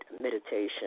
meditation